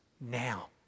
now